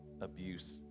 abuse